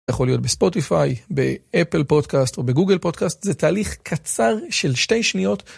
יכול להיות בספוטיפיי, באפל פודקאסט או בגוגל פודקאסט, זה תהליך קצר של שתי שניות.